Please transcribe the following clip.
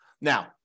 Now